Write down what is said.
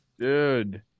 Dude